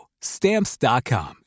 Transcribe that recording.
Stamps.com